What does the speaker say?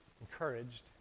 encouraged